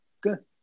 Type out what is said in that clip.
Good